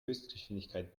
höchstgeschwindigkeit